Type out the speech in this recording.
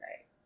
Right